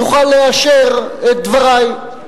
יוכל לאשר את דברי.